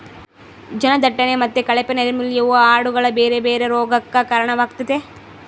ಜನದಟ್ಟಣೆ ಮತ್ತೆ ಕಳಪೆ ನೈರ್ಮಲ್ಯವು ಆಡುಗಳ ಬೇರೆ ಬೇರೆ ರೋಗಗಕ್ಕ ಕಾರಣವಾಗ್ತತೆ